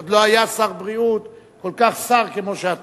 עוד לא היה שר בריאות כל כך שר כמו שאתה.